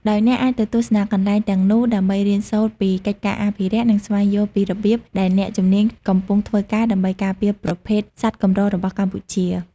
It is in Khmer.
ដោយអ្នកអាចទៅទស្សនាកន្លែងទាំងនោះដើម្បីរៀនសូត្រពីកិច្ចការអភិរក្ស និងស្វែងយល់ពីរបៀបដែលអ្នកជំនាញកំពុងធ្វើការដើម្បីការពារប្រភេទសត្វកម្ររបស់កម្ពុជា។